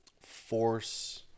force